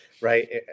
Right